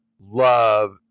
love